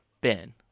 Ben